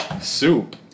soup